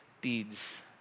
deeds